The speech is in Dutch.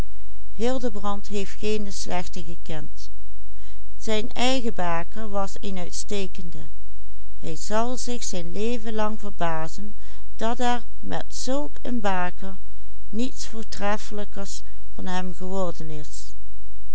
hij zal zich zijn leven lang verbazen dat er met zulk een baker niets voortreffelijkers van hem geworden is